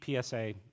PSA